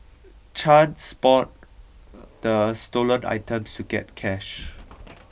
Chan spawned the stolen items to get cash